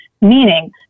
meaning